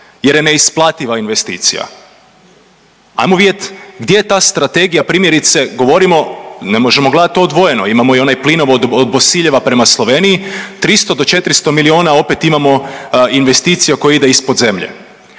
jer je neisplativa investicija. Hajmo vidjeti gdje je ta strategija primjerice, govorimo ne možemo gledat to odvojeno. Imamo i onaj plinovod od Bosiljeva prema Sloveniji. 300 do 400 milijuna opet imamo investicija koja ide ispod zemlje.